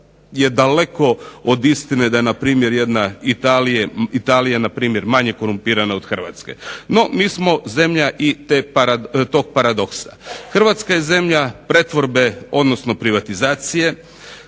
je daleko od istine da je jedna Italija manje korumpirana od Hrvatske. NO, mi smo zemlja i tog paradoksa. Hrvatska je zemlja pretvorbe, odnosno privatizacije,